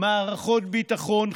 מערכות ביטחון,